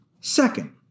Second